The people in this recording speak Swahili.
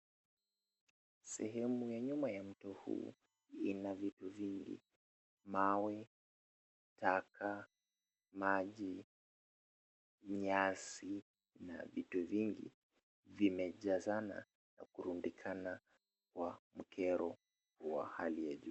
Sehemu ya nyuma ya mto huu ina vitu vingi, mawe, taka, maji, nyasi na vitu vingi vimejazana na kurundikana kwa mkero wa hali ya juu.